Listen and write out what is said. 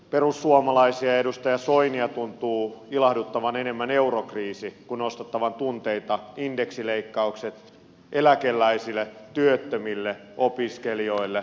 perussuomalaisia ja edustaja soinia tuntuu ilahduttavan enemmän eurokriisi kuin nostattavan tunteita indeksileikkaukset eläkeläisille työttömille opiskelijoille lapsilisäleikkaukset